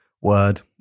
Word